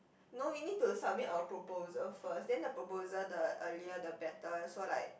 no we need to submit a proposal of first then the proposal the earlier the better so like